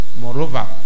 Moreover